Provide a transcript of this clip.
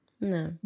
no